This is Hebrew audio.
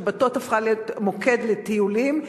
בשבתות הפך להיות מוקד לטיולים,